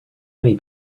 many